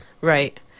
Right